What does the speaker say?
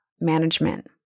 management